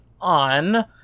on